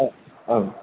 औ औ